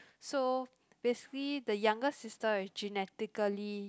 so basically the younger sister is genetically